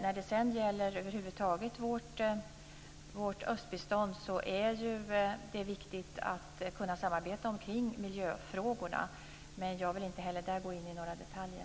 När det sedan gäller vårt östbistånd över huvud taget är det viktigt att kunna samarbeta kring miljöfrågorna, men jag vill inte heller därvidlag gå in på några detaljer.